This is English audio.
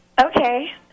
Okay